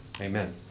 amen